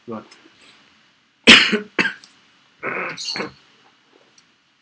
what